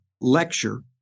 lecture